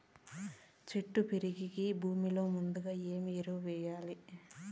చెట్టు పెరిగేకి భూమిలో ముందుగా ఏమి ఎరువులు వేయాలి?